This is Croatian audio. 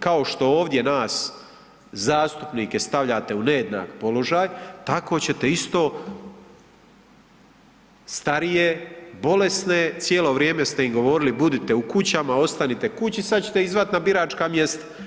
Kao što ovdje nas zastupnike stavljate u nejednak položaj, tako ćete isto starije, bolesne, cijelo vrijeme ste im govorili budite u kućama, ostanite kući, sad ćete ih zvati na biračka mjesta.